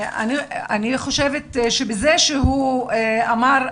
אני חושבת שבזה שהוא אמר,